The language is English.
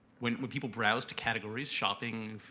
when when people browse to categories, shopping,